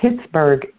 Pittsburgh